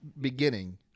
beginning